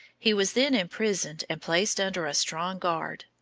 he was then imprisoned and placed under a strong guard.